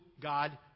God